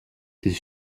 this